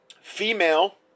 female